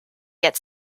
get